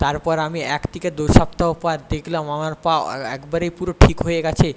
তারপর আমি এক থেকে দু সপ্তাহ পর দেখলাম আমার পা একবারে পুরো ঠিক হয়ে গিয়েছে